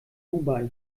dubai